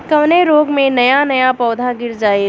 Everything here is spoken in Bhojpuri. कवने रोग में नया नया पौधा गिर जयेला?